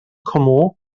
comú